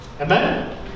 Amen